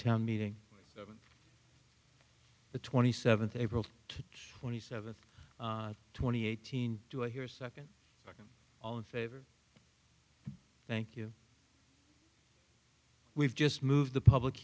town meeting the twenty seventh april twenty seventh twenty eighteen to hear second i'm all in favor thank you we've just moved the public